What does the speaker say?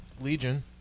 legion